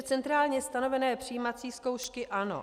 Centrálně stanovené přijímací zkoušky ano.